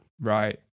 Right